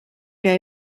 que